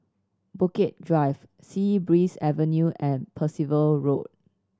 Bukit Drive Sea Breeze Avenue and Percival Road